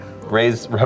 Raise